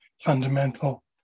fundamental